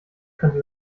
könnte